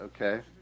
okay